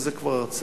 זאת כבר הרצאה